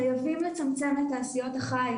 חייבים לצמצם את תעשיות החי,